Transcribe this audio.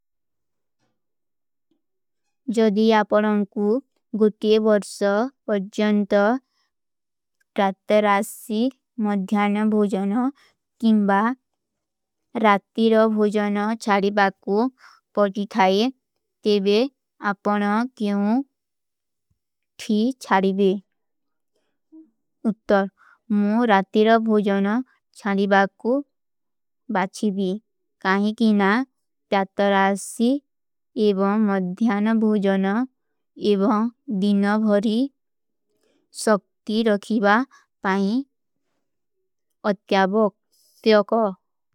ଜଦୀ ଆପରଂକୂ ଗୁତେ ଵର୍ଷ ପର୍ଜନତ ତ୍ଯାତରାସୀ ମଧ୍ଯାନ ଭୋଜନ କିମ୍ବା ରାତୀର ଭୋଜନ ଚାରିବା କୂ ପର୍ଟି ଥାଈ, ତେଵେ ଆପନା କ୍ଯୂଁ ଥୀ ଚାରିବେ?। ଉତ୍ତର, ମୂ ରାତୀର ଭୋଜନ ଚାରିବା କୂ ବାଚିବୀ କାହି କିନା ତ୍ଯାତରାସୀ ଏବଂ ମଧ୍ଯାନ ଭୋଜନ ଏବଂ ଦିନା ଭରୀ ସକ୍ତି ରଖିବା ପାଈ। ଅଧ୍ଯାବୋଗ।